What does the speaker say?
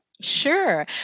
Sure